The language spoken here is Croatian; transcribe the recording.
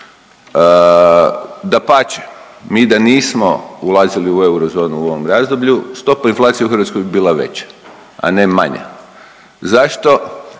Dapače, mi da nismo ulazili u eurozonu u ovom razdoblju, stopa inflacije u Hrvatskoj bi bila veća, a ne manja. Zašto?